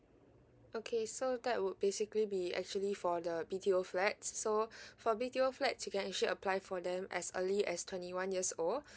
okay so that would basically be actually for the B_T_O flats so for B_T_O flat you can actually apply for them as early as twenty one years old